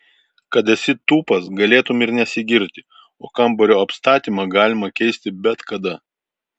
kad esi tūpas galėtum ir nesigirti o kambario apstatymą galima keisti bet kada